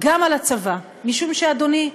גם על הצבא, אדוני,